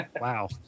wow